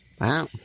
Wow